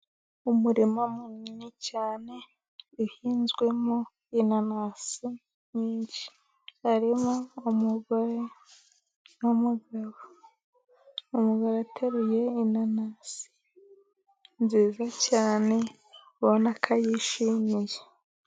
Umurima munini cyane uhinzwemo inanasi nyinshi harimo: umugore n'umugabo. Umugore ateruye inanasi nziza cyane ubona ko ayishimiye.